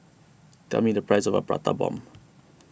tell me the price of Prata Bomb